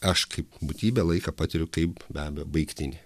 aš kaip būtybė laiką patiriu kaip be abejo baigtinį